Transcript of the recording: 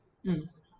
mm